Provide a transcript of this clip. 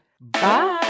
Bye